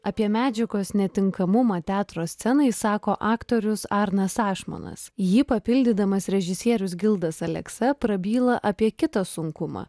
apie medžiagos netinkamumą teatro scenai sako aktorius arnas ašmonas jį papildydamas režisierius gildas aleksa prabyla apie kitą sunkumą